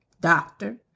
Doctor